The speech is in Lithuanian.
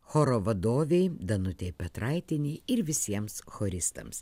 choro vadovei danutei petraitienei ir visiems choristams